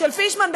של פישמן,